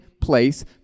place